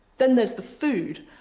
then, there's the food.